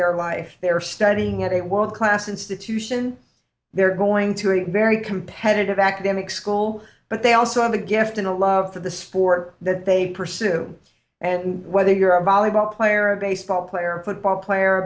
their life they are studying at a world class institution they're going to a very competitive academic school but they also have a gift and a love for the sport that they pursue and whether you're a volleyball player a baseball player a football player a